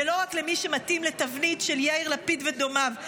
ולא רק למי שמתאים לתבנית של יאיר לפיד ודומיו.